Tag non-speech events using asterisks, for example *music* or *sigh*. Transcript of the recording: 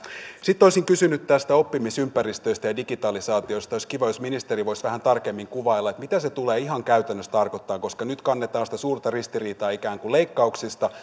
sitten olisin kysynyt oppimisympäristöistä ja digitalisaatiosta olisi kiva jos ministeri voisi vähän tarkemmin kuvailla mitä se tulee ihan käytännössä tarkoittamaan koska nyt kannetaan sitä suurta ristiriitaa ikään kuin leikkauksista *unintelligible*